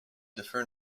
differ